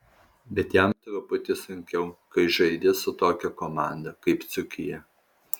bet jam truputį sunkiau kai žaidi su tokia komanda kaip dzūkija